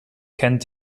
kennt